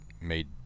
made